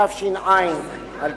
התש"ע 2009,